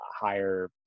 higher